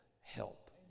help